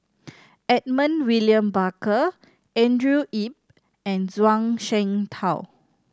Edmund William Barker Andrew Yip and Zhuang Shengtao